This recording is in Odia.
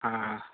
ହଁ ହଁ